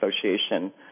Association